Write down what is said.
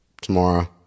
tomorrow